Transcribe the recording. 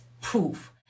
proof